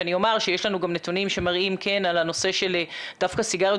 ואני אומר שיש לנו נתונים שמראים על הנושא של דווקא סיגריות